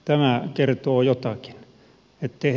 tämä kertoo jotakin